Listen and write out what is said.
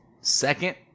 second